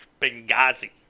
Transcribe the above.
Benghazi